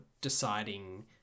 deciding